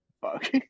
Fuck